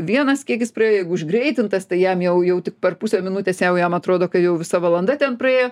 vienas kiek jis praėjo jeigu užgreitintas tai jam jau jau tik per pusę minutės jau jam atrodo kad jau visa valanda ten praėjo